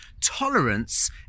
tolerance